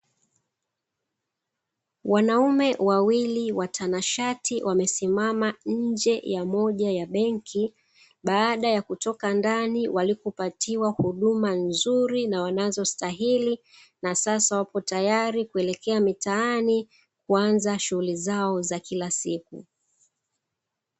Wanaume wawili watanashati wamesimama nje ya moja ya benki. Baada ya kutoka ndani walikopatiwa huduma nzuri na wanazostahili, na sasa wapo tayari kuelekea mitaani kuanza shughuli zao za kila siku.